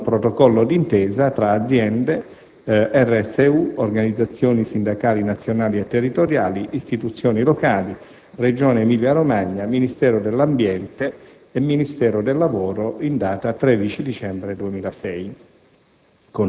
di un protocollo d'intesa tra azienda, RSU, organizzazioni sindacali nazionali e territoriali, istituzioni locali, Regione Emilia Romagna, Ministero dell'ambiente e della tutela del territorio e Ministero